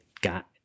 got